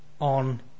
on